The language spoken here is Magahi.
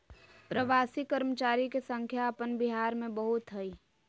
प्रवासी कर्मचारी के संख्या अपन बिहार में बहुत हइ